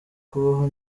kubaho